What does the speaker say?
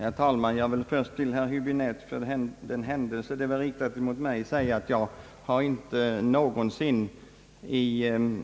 Herr talman! Jag vill först till herr Häöbinette, för den händelse hans uttalande var riktat mot mig, säga att jag inte någonsin